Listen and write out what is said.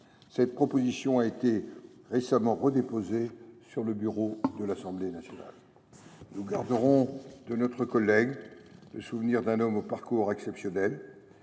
Cette proposition de loi a été récemment redéposée sur le bureau de l’Assemblée nationale. Nous garderons de notre collègue le souvenir d’un homme au parcours exceptionnel,